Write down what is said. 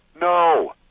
No